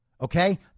okay